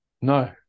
No